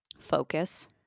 focus